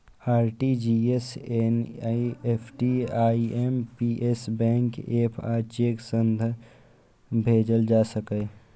RTGS, NEFT, IMPS, bank app आ cheque सं धन भेजल जा सकैए